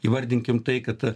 įvardinkim tai kad